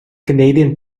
canadian